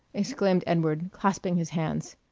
exclaimed edward, clasping his hands.